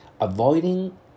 Avoiding